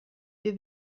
wir